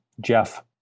Jeff